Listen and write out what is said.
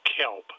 kelp